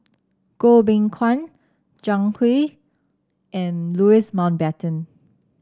Goh Beng Kwan Zhang Hui and Louis Mountbatten